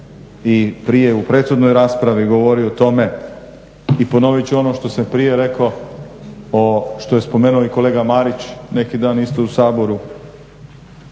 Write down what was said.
i prije u prethodnoj raspravi govorio o tome i ponoviti ću ono što sam i prije rekao o, što je i spomenuo kolega Marić neki dan isto u Saboru,